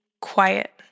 quiet